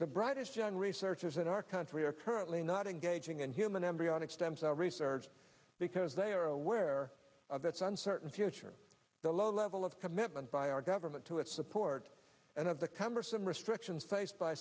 the brightest young researchers in our country are currently not engaging in human embryonic stem cell research because they are aware of its uncertain future the low level of commitment by our government to its support and of the cumbersome restrictions faced by